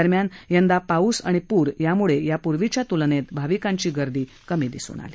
दरम्यान यंदा पाऊस आणि पूर याम्ळे या पूर्वीच्या तूलनेत भाविकांची गर्दी कमी होती